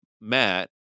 Matt